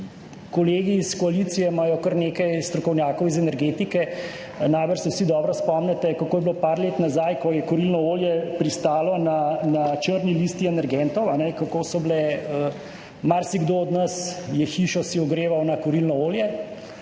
Kolegi iz koalicije imajo kar nekaj strokovnjakov iz energetike, najbrž se vsi dobro spomnite, kako je bilo par let nazaj, ko je kurilno olje pristalo na črni listi energentov, kako so bile … Marsikdo od nas je hišo ogreval na kurilno olje